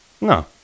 No